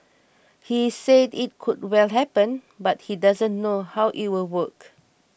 he said it could well happen but he doesn't know how it will work